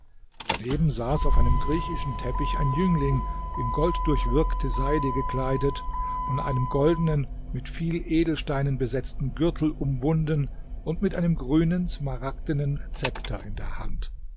daneben saß auf einem griechischen teppich ein jüngling in golddurchwirkte seide gekleidet von einem goldenen mit vielen edelsteinen besetzten gürtel umwunden und mit einem grünen smaragdenen szepter in der hand